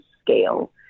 scale